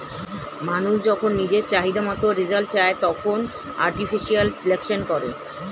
মানুষ যখন নিজের চাহিদা মতন রেজাল্ট চায়, তখন আর্টিফিশিয়াল সিলেকশন করে